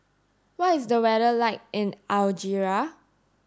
what is the weather like in Algeria